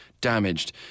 damaged